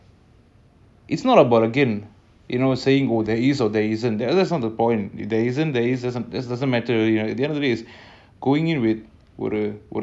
like our own minds and again like as we're talking it's not like we are saints you know our own minds and our own egos are the ones that really restrict a lot of